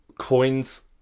coins